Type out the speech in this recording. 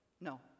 No